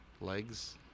Legs